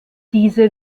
diese